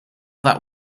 that